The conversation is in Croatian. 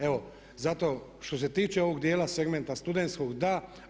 Evo zato što se tiče ovog dijela segmenta studentskog da.